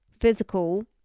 Physical